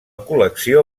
col·lecció